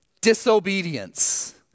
Disobedience